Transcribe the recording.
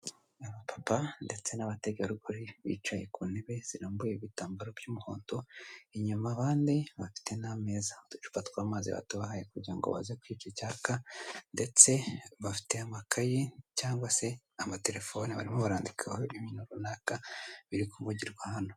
Abapapa ndetse n'abategarugori bicaye ku ntebe zirambuye ibitambaro by'umuhondo inyuma abandi bafite n'amezaza dufatwa amazitobahaye kugira ngo baze kwica cyayaka ndetse bafite amakaye cyangwa se amatelefoni barimo barandikaho ibintu runaka biri kuvugirwa hano.